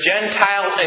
Gentile